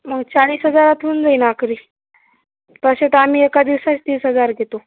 मग चाळीस हजार तर होऊन जाईन आखरी तसे तर आम्ही एका दिवसाचं तीस हजार घेतो